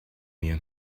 mir